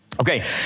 Okay